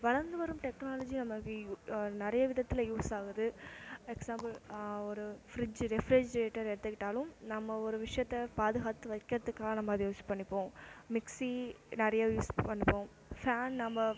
வளர்ந்து வரும் டெக்னாலஜி நமக்கு நிறைய விதத்தில் யூஸ் ஆகுது எக்ஸாம்புள் ஒரு ஃப்ரிஜி ரெஃப்ரிஜிரேட்டர் எடுத்துக்கிட்டாலும் நம்ம ஒரு விஷயத்த பாதுகாத்து வக்கிறதுக்கு நம்ம அதை யூஸ் பண்ணிப்போம் மிக்ஸி நிறைய யூஸ் பண்ணுவோம் ஃபேன் நம்ம